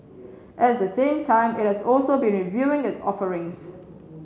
at the same time it has also been reviewing its offerings